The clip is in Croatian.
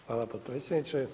Hvala potpredsjedniče.